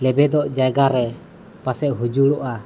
ᱞᱮᱵᱮᱫᱚᱜ ᱡᱟᱭᱜᱟ ᱨᱮ ᱯᱟᱥᱮᱫ ᱦᱩᱡᱩᱲᱚᱜᱼᱟ